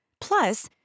Plus